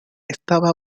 estaba